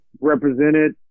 represented